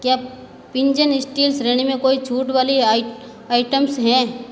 क्या पिंजन स्टील श्रेणी में कोई छूट वाली आइटम्स है